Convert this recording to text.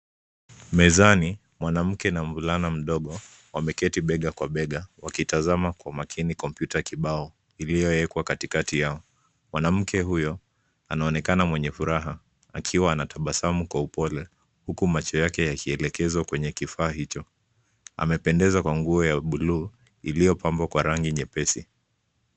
Mezani, mwanamke na mvulana mdogo, wameketi bega kwa bega, wakitazama kwa makini kompyuta kibao, iliyowekwa katikati yao, mwanamke huyo, anaonekana mwenye furaha, akiwa anatabasamu kwa upole, huku macho yake yakielekezwa kwenye kifaa hicho, amependeza kwa nguo ya bluu, iliyopambwa kwa rangi nyepesi.